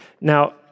now